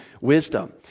wisdom